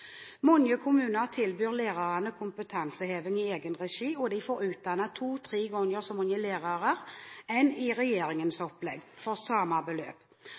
Mange kommuner tilbyr lærerne kompetanseheving i egen regi, og de får utdannet to–tre ganger så mange lærere som i regjeringens opplegg – for samme beløp.